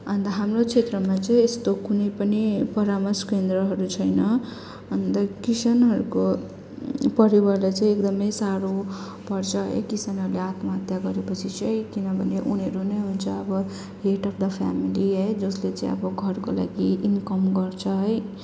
अन्त हाम्रो क्षेत्रमा चाहिँ यस्तो कुनै पनि परामर्श केन्द्रहरू छैन अन्त किसानहरूको परिवारलाई चाहिँ एकदमै साह्रो पर्छ है किसानहरूले आत्महत्या गरेपछि चाहिँ किनभने उनीहरू नै हुन्छ अब हेड अफ् द फ्यामिली है जसले चाहिँ अब घरको लागि इन्कम गर्छ है